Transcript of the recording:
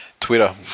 Twitter